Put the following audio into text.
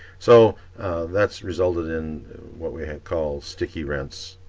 so that's resulted in what we had called sticky rents.